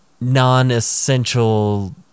non-essential